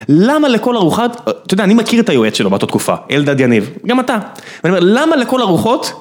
למה לכל הרוחות, אתה יודע, אני מכיר את היועץ שלו באותה תקופה, אלדד יניב, גם אתה. למה לכל ארוחות...